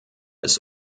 ist